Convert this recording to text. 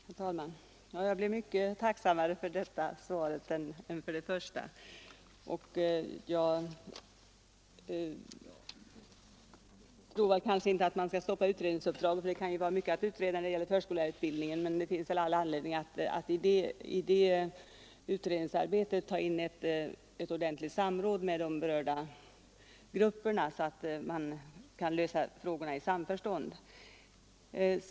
Herr talman! Jag blev mycket tacksammare för detta svar än för det första. Man bör kanske inte stoppa utredningsuppdraget, det kan finnas mycket att utreda när det gäller förskollärarutbildningen. Men det finns anledning att i det utredningsarbetet ta in ett ordentligt samråd med de berörda grupperna så att man kan lösa frågorna i samförstånd.